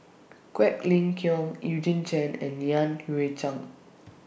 Quek Ling Kiong Eugene Chen and Yan Hui Chang